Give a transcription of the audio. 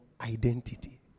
identity